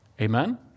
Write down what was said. Amen